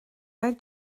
raibh